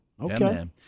Okay